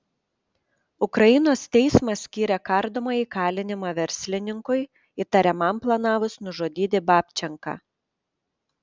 ukrainos teismas skyrė kardomąjį kalinimą verslininkui įtariamam planavus nužudyti babčenką